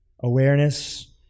awareness